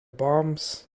bombs